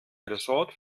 ressort